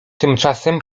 tymczasem